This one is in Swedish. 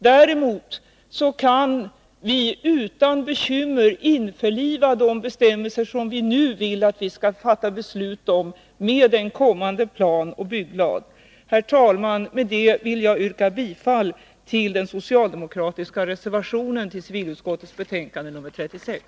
Däremot kan vi utan bekymmer införliva de bestämmelser som vi nu vill att vi skall fatta beslut om med en kommande planoch bygglag. Herr talman! Med det anförda vill jag yrka bifall till den socialdemokratiska reservationen till civilutskottets betänkande 36.